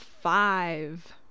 five